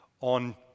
on